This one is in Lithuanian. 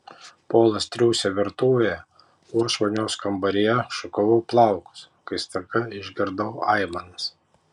polas triūsė virtuvėje o aš vonios kambaryje šukavau plaukus kai staiga išgirdau aimanas